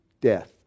death